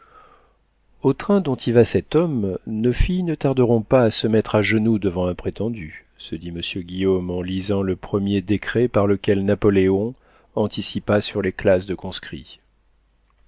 au train dont y va cet homme nos filles ne tarderont pas à se mettre à genoux devant un prétendu se dit monsieur guillaume en lisant le premier décret par lequel napoléon anticipa sur les classes de conscrits